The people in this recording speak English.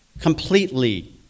completely